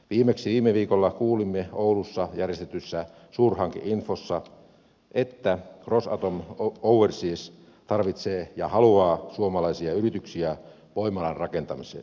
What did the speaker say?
viimeksi viime viikolla kuulimme oulussa järjestetyssä suurhankeinfossa että rosatom overseas tarvitsee ja haluaa suomalaisia yrityksiä voimalan rakentamiseen